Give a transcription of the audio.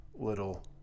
little